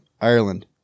Ireland